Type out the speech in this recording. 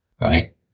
right